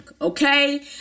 okay